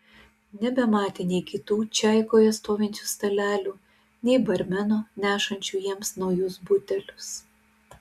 nebematė nei kitų čaikoje stovinčių stalelių nei barmeno nešančio jiems naujus butelius